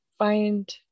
Find